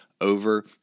over